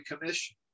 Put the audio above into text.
commission